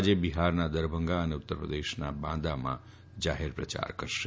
આજે બિફારમાં દરભંગા અને ઉત્તરપ્રદેશના બાંદામાં જાહેરપ્રચાર કરશે